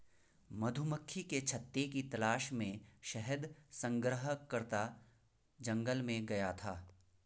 मधुमक्खी के छत्ते की तलाश में शहद संग्रहकर्ता जंगल में गया था